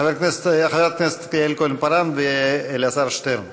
חברי הכנסת יעל כהן-פארן ואלעזר שטרן.